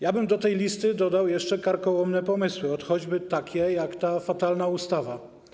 Ja bym do tej listy dodał jeszcze karkołomne pomysły, choćby takie jak ta fatalna ustawa.